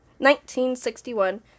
1961